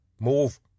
Move